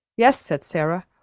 yes, said sara,